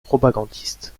propagandiste